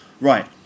Right